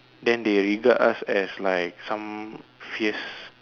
then they regard us as like some fierce